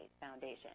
foundation